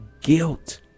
guilt